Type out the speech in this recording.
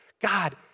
God